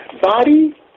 Body